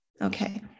Okay